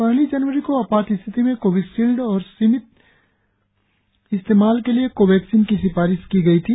पहली जनवरी को आपात स्थिति में कोविशिल्ड और सीमित इस्तेमाल के लिए कोवैक्सीन की सिफारिश की गई थी